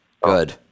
Good